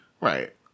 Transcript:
right